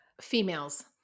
females